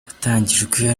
yatangijwe